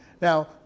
now